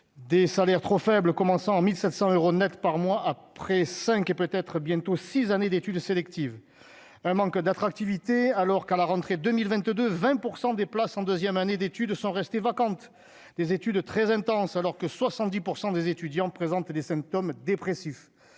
des salaires trop faibles commençant en 1700 euros Net par mois après cinq et peut être bientôt 6 années d'études sélectives, un manque d'attractivité, alors qu'à la rentrée 2022 20 pour 100 des places en deuxième année d'études sont restées vacantes des études très intense, alors que 70 % des étudiants présentent des symptômes dépressifs